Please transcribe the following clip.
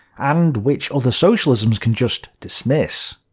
and which other socialisms can just dismiss.